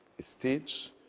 stage